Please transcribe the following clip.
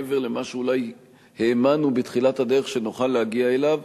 מעבר למה שאולי האמנו בתחילת הדרך שנוכל להגיע אליו,